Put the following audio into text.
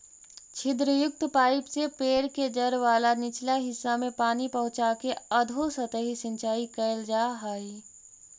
छिद्रयुक्त पाइप से पेड़ के जड़ वाला निचला हिस्सा में पानी पहुँचाके अधोसतही सिंचाई कैल जा हइ